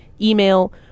email